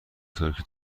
ترکی